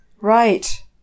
Right